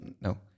No